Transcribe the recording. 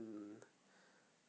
um